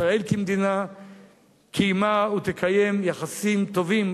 ישראל כמדינה קיימה ותקיים יחסים טובים